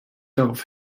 darauf